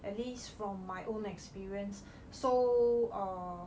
at least from my own experience so err